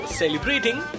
celebrating